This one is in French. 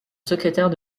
secrétaire